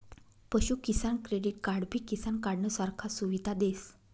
पशु किसान क्रेडिट कार्डबी किसान कार्डनं सारखा सुविधा देस